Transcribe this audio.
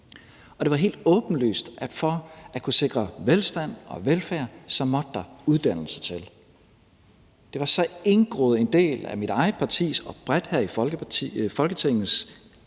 Og det var helt åbenlyst, at for at kunne sikre velstand og velfærd måtte der uddannelse til. Det var så indgroet en del af mit eget partis og bredt af Folketingets